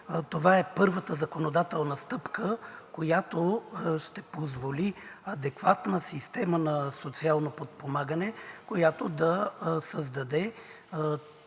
Това е първата законодателна стъпка, която ще позволи адекватна система на социално подпомагане, която да създаде